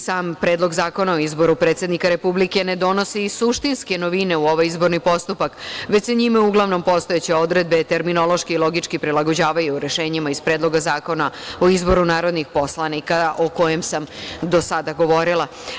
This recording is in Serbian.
Sam Predlog zakona o izboru predsednika Republike ne donosi i suštinske novine u ovaj izborni postupak već se njime uglavnom postojeće odredbe, terminološki i logički prilagođavaju rešenjima iz Predloga Zakona o izboru narodnih poslanika, o kojem sam do sada govorila.